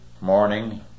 morning